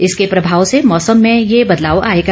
इसके प्रभाव से मौसम में ये बदलाव आयेगा